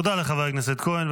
תודה לחבר הכנסת כהן.